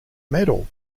medal